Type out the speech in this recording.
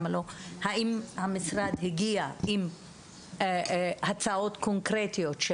אם המשרד הגיע עם הצעות קונקרטיות של